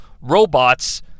robots